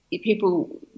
people